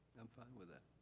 am fine with that.